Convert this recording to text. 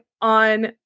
on